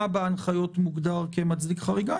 מה בהנחיות מוגדר כמצדיק חריגה?